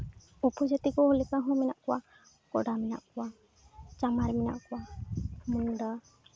ᱩᱯᱚᱡᱟᱹᱛᱤ ᱠᱚ ᱞᱮᱠᱟ ᱦᱚᱸ ᱢᱮᱱᱟᱜ ᱠᱚᱣᱟ ᱠᱚᱲᱟ ᱢᱮᱱᱟᱜ ᱠᱚᱣᱟ ᱢᱮᱱᱟᱝ ᱠᱚᱣᱟ ᱢᱩᱱᱰᱟ